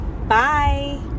Bye